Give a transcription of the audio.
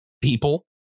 people